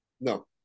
No